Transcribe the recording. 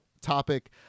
topic